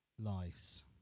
lives